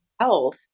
health